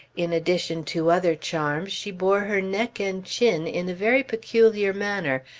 in addition to other charms, she bore her neck and chin in a very peculiar manner,